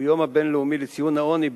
שהוא היום הבין-לאומי לציון העוני,